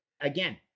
Again